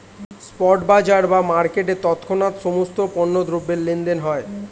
spot বাজার বা মার্কেটে তৎক্ষণাৎ সমস্ত পণ্য দ্রব্যের লেনদেন হয়